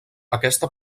aquesta